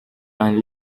and